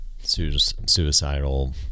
suicidal